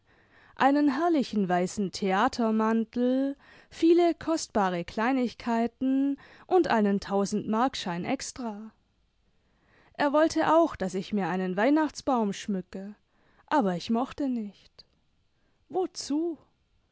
einen herrlichen weißen theatermantel viele kostbare kleinigkeiten und einen tausendmarkschein extra er wollte auch daß ich mir einen weihnachtsbaum schmücke aber ich mochte nicht wozu